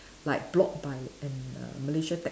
like blocked by an a Malaysia taxi